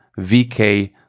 VK